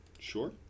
Sure